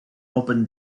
open